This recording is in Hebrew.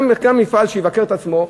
גם מפעל שיבקר את עצמו,